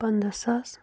پَنداہ ساس